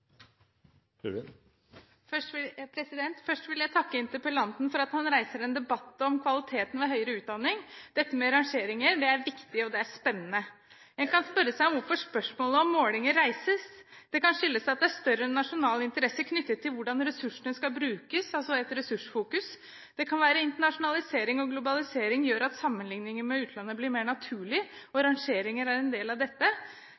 Først vil jeg takke interpellanten for at han reiser en debatt om kvaliteten i høyere utdanning. Dette med rangeringer er viktig, og det er spennende. En kan spørre seg hvorfor spørsmålet om målinger reises. Det kan skyldes at det er større nasjonal interesse knyttet til hvordan ressursene skal brukes, altså et ressursfokus. Det kan være at internasjonalisering og globalisering gjør at sammenligning med utlandet blir mer naturlig, og at rangeringer er en del av dette.